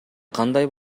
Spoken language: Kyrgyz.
кандай